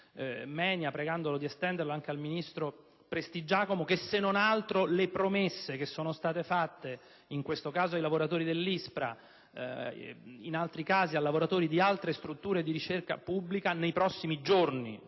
Menia, pregando di trasmetterlo anche al ministro Prestigiacomo - che le promesse che sono state fatte, in questo caso ai lavoratori dell'ISPRA, in altri casi ai lavoratori di altre strutture di ricerca pubblica, vengano onorate